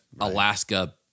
Alaska